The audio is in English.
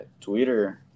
twitter